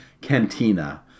Cantina